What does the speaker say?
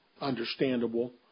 understandable